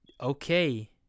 okay